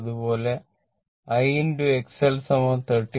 അതുപോലെ I X L 39